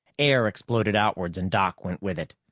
air exploded outwards, and doc went with it.